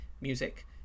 music